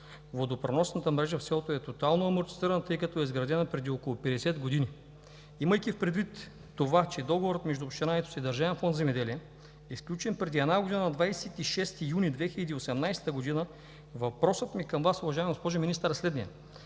водопреносната мрежа в селото е тотално амортизирана, тъй като е изградена преди около 50 години. Имайки предвид това, че договорът между община Айтос и Държавен фонд „Земеделие“ е сключен преди една година на 26 юни 2018 г., въпросът ми към Вас, уважаема госпожо Министър, е следният: